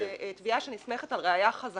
תביעות על סכום קצוב זו תביעה שנסמכת על ראיה חזקה,